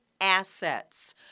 assets